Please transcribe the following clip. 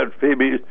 Phoebe